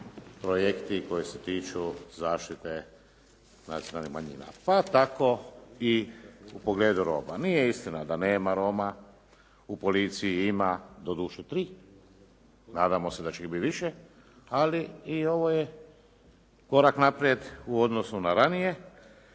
projekti koji se tiču zaštite nacionalnih manjina, pa tako i u pogledu Roma. Nije istina da nema Roma u policiji, ima doduše 3, nadamo se da će ih biti više, ali i ovo je korak naprijed u odnosu na ranije